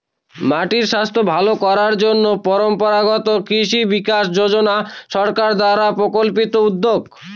মাটির স্বাস্থ্য ভালো করার জন্য পরম্পরাগত কৃষি বিকাশ যোজনা সরকার দ্বারা পরিকল্পিত উদ্যোগ